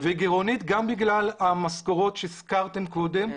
היא גירעונית גם בגלל המשכורות שהזכרתם קודם,